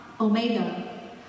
omega